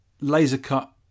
laser-cut